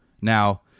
Now